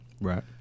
Right